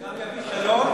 גם יעשה שלום,